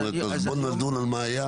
בוא נדון על מה היה?